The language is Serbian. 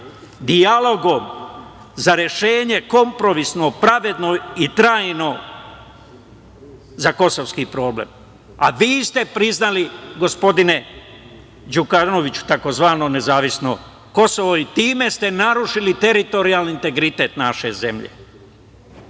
dijalogom za rešenje kompromisno, pravedno i trajno za kosovski problem. Vi ste priznali, gospodine Đukanoviću, tzv. nezavisno Kosovo i time ste narušili teritorijalni integritet naše zemlje.